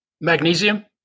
Magnesium